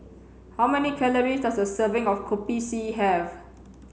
how many calories does a serving of Kopi C have